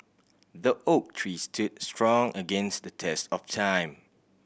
the oak tree stood strong against the test of time